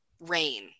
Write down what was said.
rain